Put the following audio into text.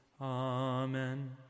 Amen